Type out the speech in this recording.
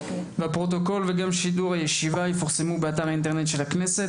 הפרוטוקול וגם שידור הישיבה יפורסמו באתר האינטרנט של הכנסת.